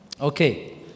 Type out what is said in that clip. Okay